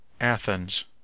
Athens